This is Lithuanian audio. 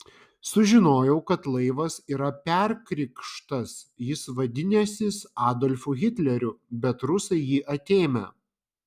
sužinojau kad laivas yra perkrikštas jis vadinęsis adolfu hitleriu bet rusai jį atėmę